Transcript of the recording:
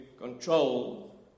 control